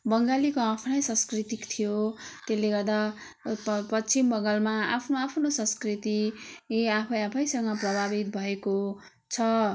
बङ्गालीको आफ्नै सांस्कृतिक थियो त्यसले गर्दा पश्चिम बङ्गालमा आफ्नो आफ्नो संस्कृति आफै आफैसँग प्रभावित भएको छ